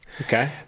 Okay